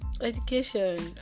education